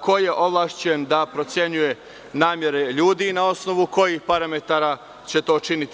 ko je ovlašćen da procenjuje namere ljudi, na osnovu kojih parametara će to činiti.